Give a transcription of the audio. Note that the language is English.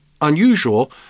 unusual